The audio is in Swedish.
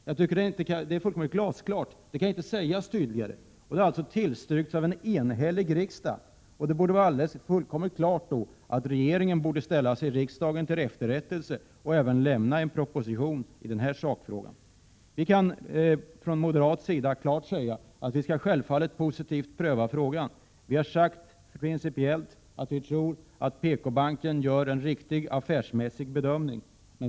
Detta är fullkomligt glasklart. Det kan inte sägas tydligare, och det har tillstyrkts av en enhällig riksdag. Således borde det vara fullkomligt klart att regeringen skall ställa sig riksdagen till efterrättelse och även lämna en proposition i denna sakfråga. Från moderat sida kan vi klart säga att vi självfallet skall pröva frågan positivt. Vi har principiellt sagt att vi tror att PKbanken gör en riktig affärsmässig bedömning.